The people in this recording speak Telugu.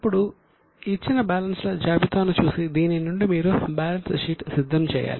ఇప్పుడు ఇచ్చిన బ్యాలెన్స్ ల జాబితాను చూసి దీని నుండి మీరు బ్యాలెన్స్ షీట్ సిద్ధం చేయాలి